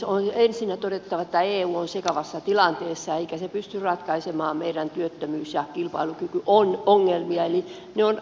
on ensinnä todettava että eu on sekavassa tilanteessa eikä se pysty ratkaisemaan meidän työttömyys ja kilpailukykyongelmia eli ne on ratkaistava itse